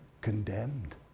condemned